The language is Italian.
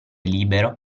libero